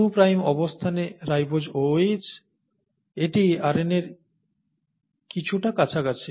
2 prime অবস্থানে ribose OH এটি RNA র কিছুটা কাছাকাছি